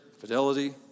fidelity